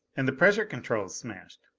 and the pressure controls smashed!